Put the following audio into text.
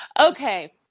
okay